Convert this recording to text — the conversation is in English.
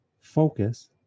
Focus